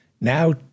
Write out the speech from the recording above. Now